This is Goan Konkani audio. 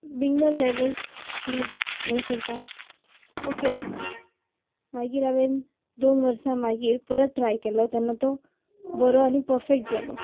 बिगनर लेवल समज म्हणू शकता ओके आसलेलो मागीर हांवेन दोन वर्सां मागीर परत ट्राय केलो तेन्ना तो बरो आनी परफेक्ट जालो